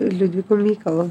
liudviku mykolu